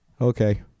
okay